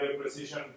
precision